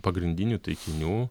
pagrindinių taikinių